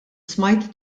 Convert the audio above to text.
smajt